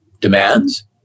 demands